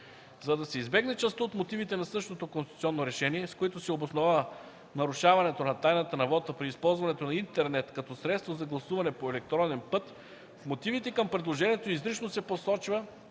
За да се избегне частта от мотивите на същото конституционно решение, с които се обосновава нарушаването на тайната на вота при използването на интернет като средство за гласуване по електронен път, в мотивите към предложението изрично се посочва,